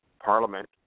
Parliament